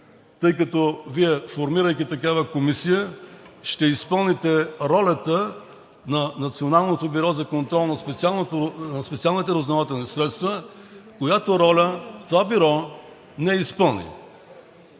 тъй като Вие, формирайки такава комисия, ще изпълните ролята на Националното бюро за контрол над специалните разузнавателни средства, която роля това бюро не изпълни.